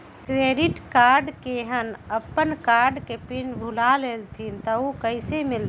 Credit card केहन अपन card के पिन भुला गेलि ह त उ कईसे मिलत?